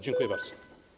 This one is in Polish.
Dziękuję bardzo.